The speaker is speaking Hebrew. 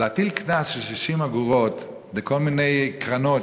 אבל להטיל קנס של 60 אגורות לכל מיני קרנות